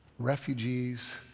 Refugees